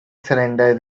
surrender